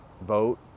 vote